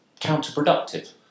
counterproductive